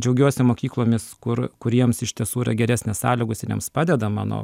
džiaugiuosi mokyklomis kur kuriems iš tiesų yra geresnės sąlygos ir jiems padeda mano